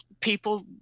people